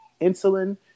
insulin